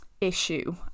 issue